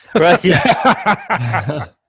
Right